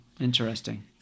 Interesting